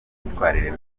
imyitwarire